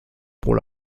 pour